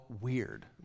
weird